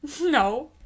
No